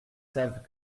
savent